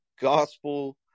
gospel